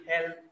help